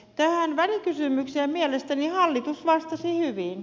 tähän välikysymykseen mielestäni hallitus vastasi hyvin